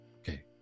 okay